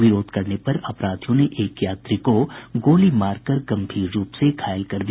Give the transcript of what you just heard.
विरोध करने पर अपराधियों ने एक यात्री को गोली मारकर गंभीर रूप से घायल कर दिया